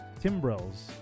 timbrels